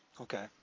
Okay